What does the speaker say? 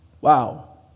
Wow